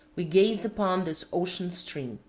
we gazed upon this ocean-stream.